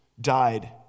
died